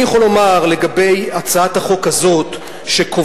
אני יכול לומר לגבי הצעת החוק הזו שקובעת,